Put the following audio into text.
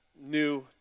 new